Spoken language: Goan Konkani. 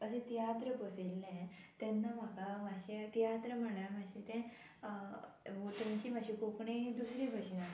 अशें तियात्र बसयल्ले तेन्ना म्हाका मात्शें तियात्र म्हणल्यार मात्शें तें तेंची मातशी कोंकणी दुसरी भाशेन आसता